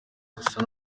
gusa